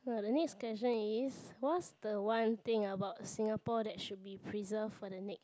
for the next question is what's the one thing about Singapore that should be preserved for the next